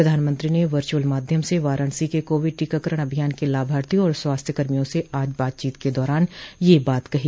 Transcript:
प्रधानमंत्री ने वचुर्अल माध्यम से वाराणसी के कोविड टीकाकरण अभियान के लाभार्थियों और स्वास्थ्य कर्मियों से आज बातचीत के दौरान यह बात कही